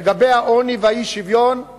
לגבי העוני והאי-שוויון,